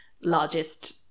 largest